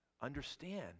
understand